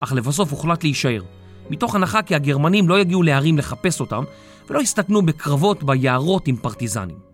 אך לבסוף הוחלט להישאר, מתוך הנחה כי הגרמנים לא יגיעו להרים לחפש אותם ולא יסתכנו בקרבות ביערות עם פרטיזנים.